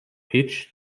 pitch